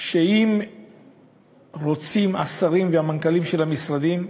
שאם השרים והמנכ"לים של המשרדים רוצים,